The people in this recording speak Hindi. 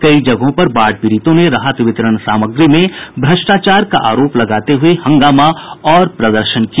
कई जगहों पर बाढ़ पीड़ितों ने राहत वितरण सामग्री वितरण में भ्रष्टाचार का आरोप लगाते हुये हंगामा और प्रदर्शन किया